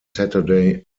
saturday